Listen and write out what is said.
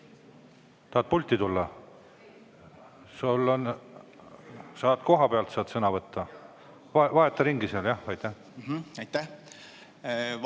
Tahad pulti tulla? Saad koha pealt sõna võtta. Vaheta ringi seal jah. Aitäh!